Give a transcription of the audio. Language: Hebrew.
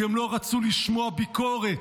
כי הם לא רצו לשמוע ביקורת.